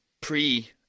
pre